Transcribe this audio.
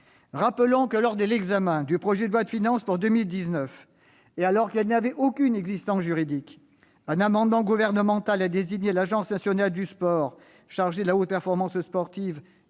Rappelons que, lors de l'examen du projet de loi de finances pour 2019, et alors que cette instance n'avait aucune existence juridique, un amendement gouvernemental a désigné « l'Agence nationale du sport chargée de la haute performance sportive